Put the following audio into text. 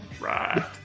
right